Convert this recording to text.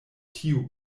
tiu